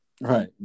Right